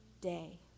day